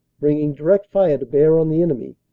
bringing direct fire to bear on the enemy,